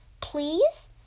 Please